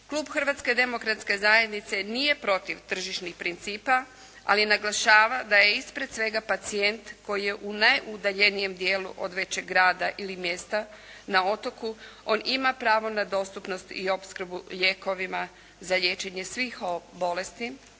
Klub Hrvatske demokratske zajednice nije protiv tržišnih principa, ali naglašava da je ispred svega pacijent koji je u najudaljenijem dijelu od većeg grada ili mjesta, na otoku, on ima pravo na dostupnost i opskrbu lijekovima za liječenje svih bolesti